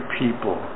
people